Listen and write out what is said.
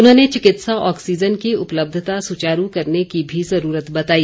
उन्होंने चिकित्सा ऑक्सीजन की उपलब्धता सुचारू करने की भी जरूरत बताई